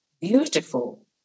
beautiful